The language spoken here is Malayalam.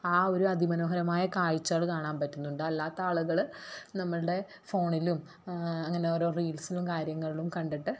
ആ ഒരു അതിമനോഹരമായ കാഴ്ച്ചകൾ കാണാൻ പറ്റുന്നുണ്ട് അല്ലാത്താളുകൾ നമ്മളുടെ ഫോണിലും അങ്ങനെ ഓരോ റീൽസിലും കാര്യങ്ങളിലും കണ്ടിട്ട്